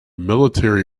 military